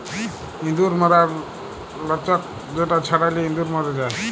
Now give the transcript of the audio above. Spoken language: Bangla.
ইঁদুর ম্যরর লাচ্ক যেটা ছড়ালে ইঁদুর ম্যর যায়